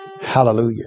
Hallelujah